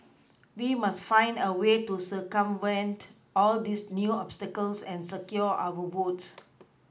we must find a way to circumvent all these new obstacles and secure our votes